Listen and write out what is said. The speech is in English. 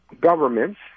governments